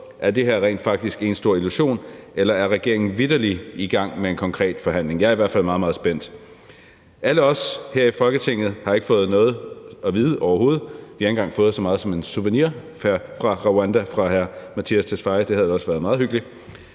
Er det her rent faktisk én stor illusion, eller er regeringen vitterlig i gang med en konkret forhandling? Jeg er i hvert fald meget, meget spændt. Alle os her i Folketinget har ikke fået noget at vide, overhovedet. Vi har ikke engang fået så meget som en souvenir fra Rwanda af udlændinge- og integrationsministeren. Det havde ellers været meget hyggeligt.